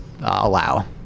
allow